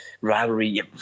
rivalry